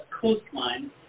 coastline